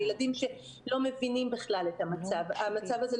אלו ילדים שלא מבינים בכלל את המצב הזה,